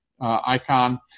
icon